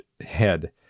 head